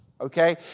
okay